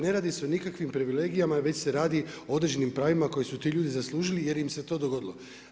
Ne radi se o nikakvim privilegijama, već se radi o određenim pravima, koje su ti ljudi zaslužili jer im se to dogodilo.